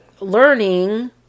learning